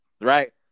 right